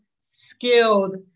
skilled